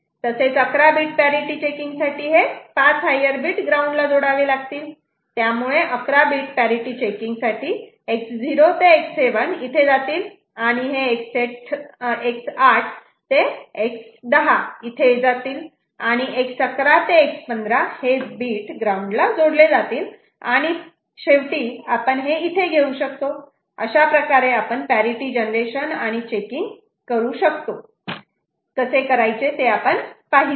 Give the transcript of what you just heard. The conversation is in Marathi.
तसेच 11 बीट पॅरिटि चेकिंग साठी 5 हायर बीट ग्राउंडला जोडावे लागतील त्यामुळे 11 बीट पॅरिटि चेकिंग साठी X0 ते X7 इथे जातील आणि X8 ते X10 इथे जातील आणि X11 ते X15 हे बिट ग्राऊंडला जोडले जातील आणि शेवटी आपण हे इथे घेऊ शकतो अशाप्रकारे आपण पॅरिटि जनरेशन आणि चेकिंग कसे करू शकतो ते पाहिले